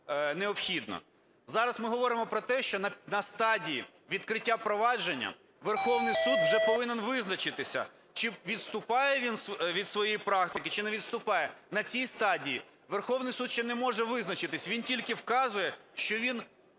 Зараз ми говоримо про те, що на стадії відкриття провадження Верховний Суд вже повинен визначитися, чи відступає він від своєї практики, чи не відступає. На цій стадії Верховний Суд ще не може визначитися, він тільки вказує, що він